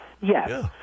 Yes